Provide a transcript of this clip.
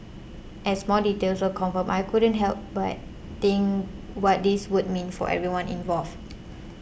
as more details were confirmed I couldn't help but think what this would mean for everyone involved